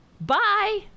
bye